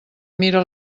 mira